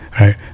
Right